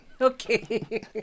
Okay